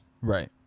right